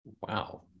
wow